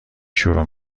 شروع